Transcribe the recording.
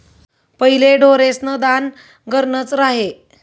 पहिले ढोरेस्न दान घरनंच र्हाये